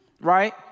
Right